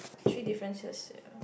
three differences here